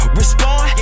respond